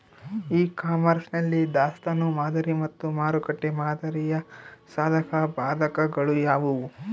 E commerce ನಲ್ಲಿ ದಾಸ್ತನು ಮಾದರಿ ಮತ್ತು ಮಾರುಕಟ್ಟೆ ಮಾದರಿಯ ಸಾಧಕಬಾಧಕಗಳು ಯಾವುವು?